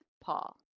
Paul